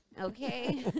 okay